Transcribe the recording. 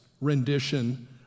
rendition